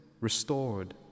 restored